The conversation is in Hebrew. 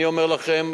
אני אומר לכם,